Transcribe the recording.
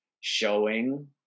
showing